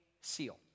seal